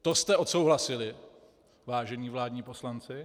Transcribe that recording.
To jste odsouhlasili, vážení vládní poslanci.